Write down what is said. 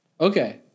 Okay